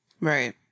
Right